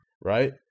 Right